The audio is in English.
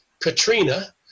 Katrina